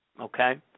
Okay